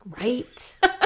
Right